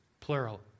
plural